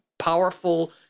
Powerful